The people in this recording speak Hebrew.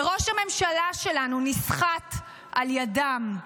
וראש הממשלה שלנו נסחט על ידם.